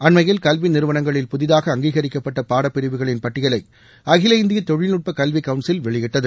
அண்மையில் கல்வி நிறுவனங்களில் புதிதாக அங்கிகரிக்கப்பட்ட பாட பிரிவுகளின் பட்டியலை அகில இந்திய தொழில்நுட்ப கல்வி கவுன்சில் வெளியிட்டது